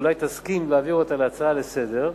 אולי תסכים להפוך אותה להצעה לסדר-היום,